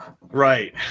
Right